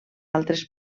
altres